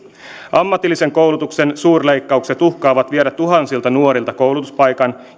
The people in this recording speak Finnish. ammatillisen koulutuksen suurleikkaukset uhkaavat viedä tuhansilta nuorilta koulutuspaikan